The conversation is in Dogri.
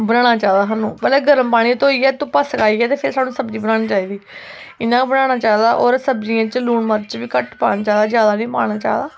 बनाना चाहिदा सानू पैह्लें गर्म पानी च धोइयै धुप्पा सानू सकाइयै ते फिर सानू सब्जी बनानी चाहिदी इ'यां गै बनाना चाहिदा होर सब्जियें च लून मर्च बी घट्ट पाना चाहिदा जादा नी पाना चाहिदा